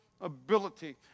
ability